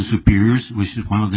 superiors which is one of the